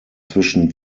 zwischen